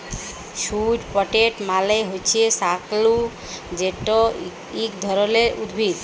sweet potato মালে হছে শাঁকালু যেট ইক ধরলের উদ্ভিদ